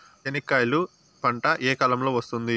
చెనక్కాయలు పంట ఏ కాలము లో వస్తుంది